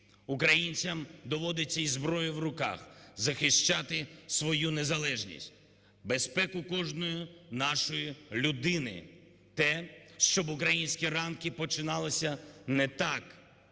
Українцям доводиться із зброєю в руках захищати свою незалежність, безпеку кожної нашої людини, те, щоб українські ранки починалися не так